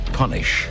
punish